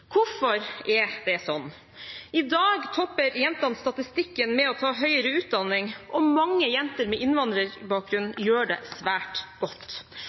Hvorfor er det sånn? I dag topper jentene statistikken med å ta høyere utdanning, og mange jenter med innvandrerbakgrunn gjør det svært godt.